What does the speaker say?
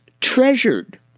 treasured